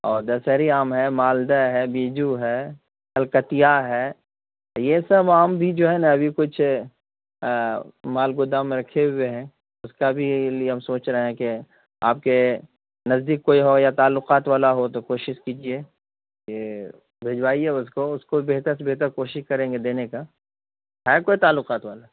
اور دسہری آم ہے مالدہ ہے بیجو ہے کلکتیا ہے یہ سب آم بھی جو ہے نا ابھی کچھ مال گودام میں رکھے ہوئے ہیں اس کا بھی لیے ہم سوچ رہے ہیں کہ آپ کے نزدیک کوئی ہو یا تعلقات والا ہو تو کوشش کیجیے کہ بھجوائیے اس کو اس کو بہتر سے بہتر کوشش کریں گے دینے کا ہے کوئی تعلقات والا